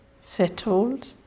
settled